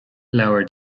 leabhar